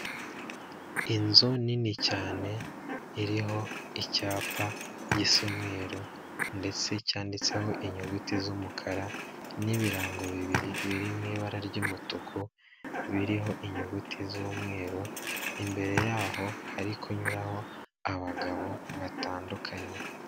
Inzu nini cyane iriho icyapa gisa umweru ndetse cyanditseho inyuguti z'umukara n'ibirango bibiri biri mu ibara ry'umutuku biriho inyuguti z'umweru, imbere yaho hari kunyuraho abagabo batandukanye.